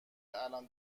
الان